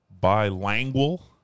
Bilingual